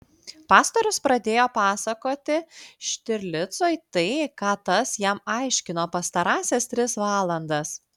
pastorius pradėjo pasakoti štirlicui tai ką tas jam aiškino pastarąsias tris valandas